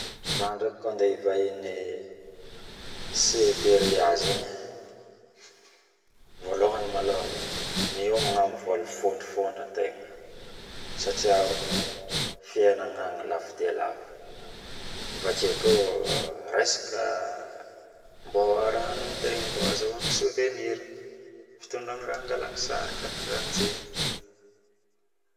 Zaho draiky koa andeha hivahiny siberia zaigny vialohony miomagna ami vola fitrifotry satria fiainagna agny lafo de lafo avakeo koa resaka raha anotegna mbao azahoana sovenira raha fangalana sary karakarahandregny